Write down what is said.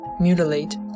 mutilate